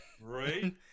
Right